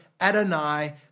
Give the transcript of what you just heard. Adonai